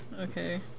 Okay